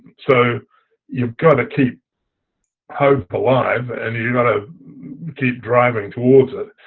so you've got to keep hope alive and you've got to keep driving towards it.